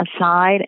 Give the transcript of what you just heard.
aside